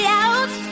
out